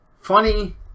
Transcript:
funny